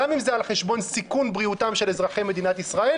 גם אם זה על חשבון סיכון בריאותם של אזרחי מדינת ישראל,